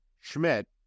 Schmidt